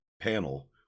panel